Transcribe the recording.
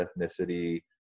ethnicity